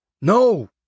No